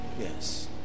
yes